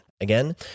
Again